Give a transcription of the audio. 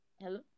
Hello